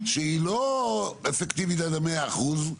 שהיא לא אפקטיבית עד 100 אחוזים.